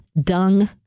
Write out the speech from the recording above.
dung